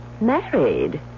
Married